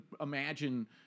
imagine